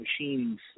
machines